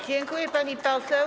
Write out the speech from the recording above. Dziękuję, pani poseł.